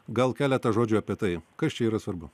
gal keletą žodžių apie tai kas čia yra svarbu